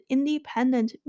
Independent